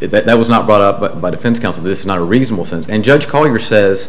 that was not brought up by defense counsel this is not a reasonable sense and judge calling her says